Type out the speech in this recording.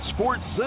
Sports